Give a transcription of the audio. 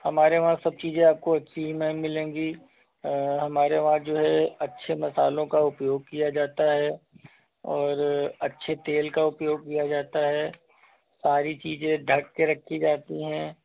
हमारे वहाँ सब चीज़ें आपको अच्छी ही मिलेंगी हमारे वहाँ जो है अच्छे मसालों का उपयोग किया जाता है और अच्छे तेल का उपयोग किया जाता है सारी चीजें ढक कर रखी जाती हैं